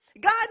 God